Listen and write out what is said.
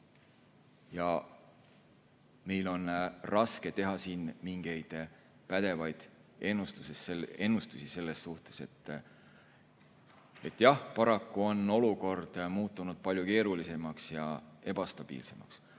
ja meil on raske teha siin mingeid pädevaid ennustusi selles suhtes. Jah, paraku on olukord muutunud palju keerulisemaks ja ebastabiilsemaks.